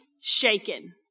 shaken